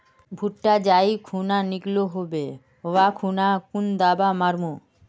भुट्टा जाई खुना निकलो होबे वा खुना कुन दावा मार्मु?